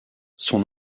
son